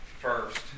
first